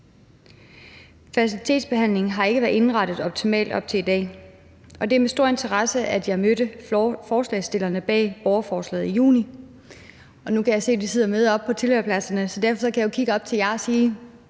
Fertilitetsbehandlingen har ikke været indrettet optimalt op til i dag, og det var med stor interesse, at jeg mødte forslagsstillerne bag borgerforslaget i juni. Og nu kan jeg se, at I sidder og lytter med oppe på tilhørerpladserne, så derfor kan jeg jo kigge op til jer og sige